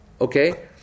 Okay